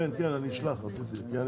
כבוד היושב-ראש,